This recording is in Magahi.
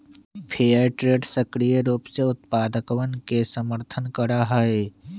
फेयर ट्रेड सक्रिय रूप से उत्पादकवन के समर्थन करा हई